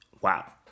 Wow